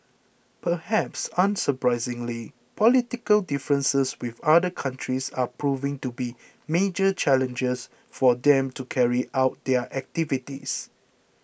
perhaps unsurprisingly political differences with other countries are proving to be major challenges for them to carry out their activities